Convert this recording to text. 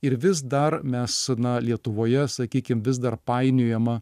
ir vis dar mes lietuvoje sakykim vis dar painiojama